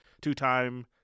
two-time